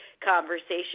conversation